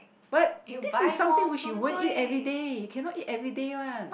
what this is something which you won't eat everyday cannot eat everyday one